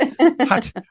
hot